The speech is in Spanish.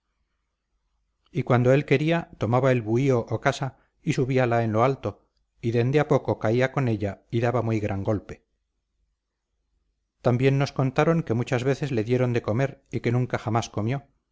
y cuando él quería tomaba el buhío o casa y subíala en alto y dende a poco caía con ella y daba muy gran golpe también nos contaron que muchas veces le dieron de comer y que nunca jamás comió